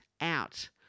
out